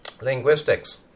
Linguistics